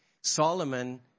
Solomon